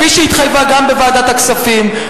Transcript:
כפי שהתחייבה גם בוועדת הכספים.